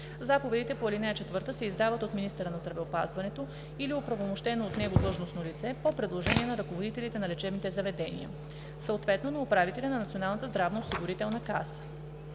Заповедите по ал. 4 се издават от министъра на здравеопазването или оправомощено от него длъжностно лице по предложение на ръководителите на лечебните заведения, съответно на управителя на Националната здравноосигурителна каса.